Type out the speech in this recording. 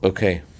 Okay